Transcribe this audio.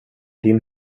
din